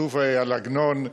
שוב על עגנון.